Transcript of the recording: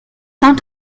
saint